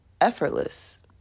effortless